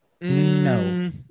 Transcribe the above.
No